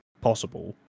possible